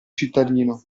cittadino